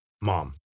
Mom